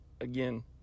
Again